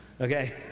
Okay